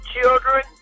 children